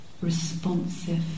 responsive